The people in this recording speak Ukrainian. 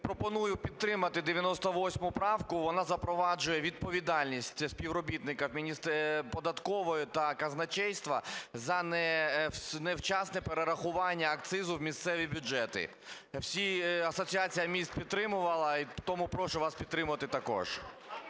пропоную підтримати 98 правку. Вона запроваджує відповідальність співробітників податкової та казначейства за невчасне перерахування акцизу в місцеві бюджети. Всі, Асоціація міст підтримала, тому прошу вас підтримати також.